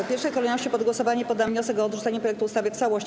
W pierwszej kolejności pod głosowanie poddam wniosek o odrzucenie projektu ustawy w całości.